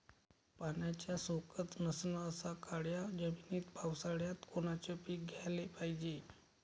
पाण्याचा सोकत नसन अशा काळ्या जमिनीत पावसाळ्यात कोनचं पीक घ्याले पायजे?